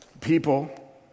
People